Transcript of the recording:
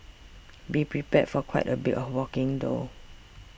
be prepared for quite a bit of walking though